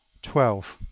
twelve.